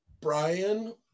Brian